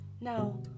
Now